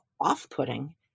off-putting